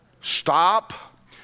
Stop